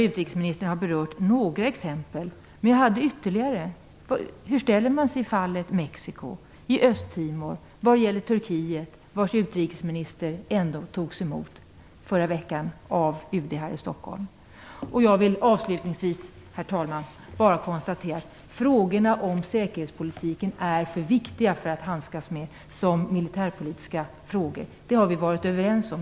Utrikesministern har berört några exempel, men jag hade ytterligare exempel. Hur ställer man sig i fallet med Mexico, med Östtimor eller med Turkiet, vars utrikesminister ändå förra veckan togs emot av UD här i Stockholm? Avslutningsvis, herr talman! Frågorna om säkerhetspolitiken är för viktiga för att handskas med som militärpolitiska frågor. Det har vi varit överens om.